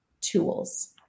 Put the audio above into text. tools